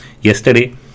yesterday